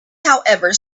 however